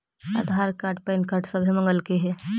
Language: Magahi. आधार कार्ड पैन कार्ड सभे मगलके हे?